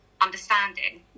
understanding